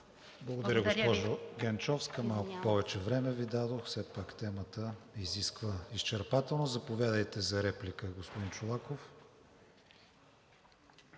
Благодаря, госпожо Генчовска. Малко повече време Ви дадох, все пак темата изисква изчерпателност. Заповядайте за реплика, господин Чолаков.